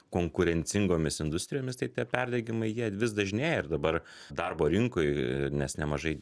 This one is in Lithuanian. konkurencingomis industrijomis tai tie perdengimai jie vis dažnėja ir dabar darbo rinkoj nes nemažai